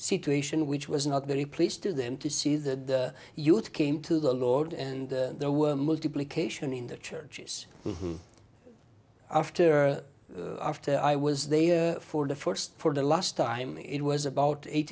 situation which was not very pleased to them to see the youth came to the lord and there were multiplication in the churches after after i was there for the first for the last time it was about eight